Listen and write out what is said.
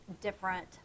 different